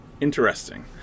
Interesting